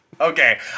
Okay